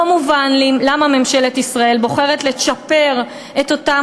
לא מובן לי למה ממשלת ישראל בוחרת לצ'פר את אותם